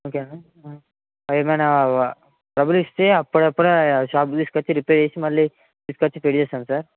ఓకేనా అది మన డబ్బులు ఇస్తే అప్పడప్పుడు షాప్కి తీసుకు వచ్చి రిపేర్ చేసి మళ్ళీ తీసుకు వచ్చి ఫిట్ చేస్తాం సార్